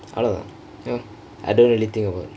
அவ்வலவு தான்:avalavu thaan I don't really think about